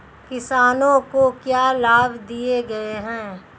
किसानों को क्या लाभ दिए गए हैं?